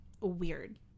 weird